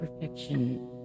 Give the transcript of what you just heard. perfection